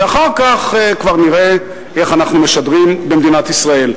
ואחר כך כבר נראה איך אנחנו משדרים במדינת ישראל.